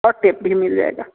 और टेप भी मिल जाएगा